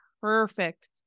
perfect